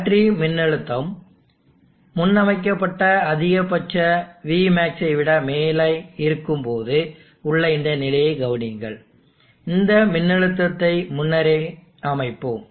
battery மின்னழுத்தம் முன்னமைக்கப்பட்ட அதிகபட்ச vmax ஐ விட மேலே இருக்கும்போது உள்ள இந்த நிலையைக் கவனியுங்கள் இந்த மின்னழுத்தத்தை முன்னரே அமைப்போம்